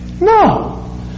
No